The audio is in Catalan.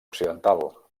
occidental